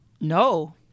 No